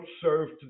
served